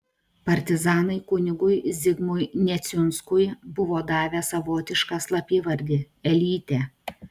partizanai kunigui zigmui neciunskui buvo davę savotišką slapyvardį elytė